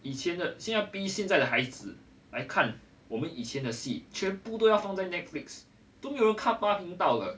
以前的现在要逼现在的孩子来看我们以前的戏全部都要放在 netflix 都没有人看八频道了